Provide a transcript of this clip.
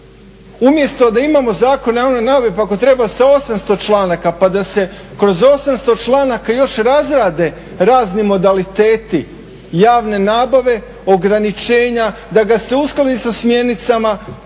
Umjesto da imamo Zakon o javnoj nabavi ako treba sa 800 članaka pa da se kroz 800 članaka još razrade razni modaliteti javne nabave, ograničenja, da ga se uskladi sa smjernicama